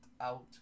out